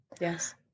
yes